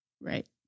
Right